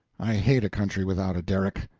i hate a country without a derrick.